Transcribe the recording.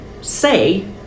say